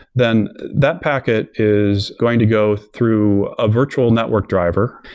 then that packet is going to go through a virtual network driver.